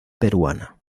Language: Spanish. peruana